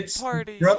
party